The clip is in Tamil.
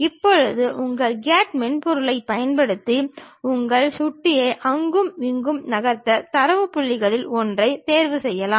இப்போது உங்கள் கேட் மென்பொருளைப் பயன்படுத்தி உங்கள் சுட்டியை அங்கும் இங்கும் நகர்த்த தரவு புள்ளிகளில் ஒன்றைத் தேர்வுசெய்யலாம்